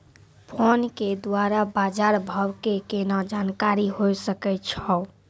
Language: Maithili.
फोन के द्वारा बाज़ार भाव के केना जानकारी होय सकै छौ?